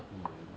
mm